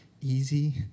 easy